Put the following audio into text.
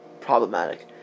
problematic